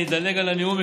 אני אדלג על הנאום,